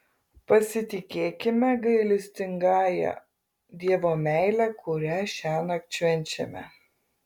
pasitikėkime gailestingąja dievo meile kurią šiąnakt švenčiame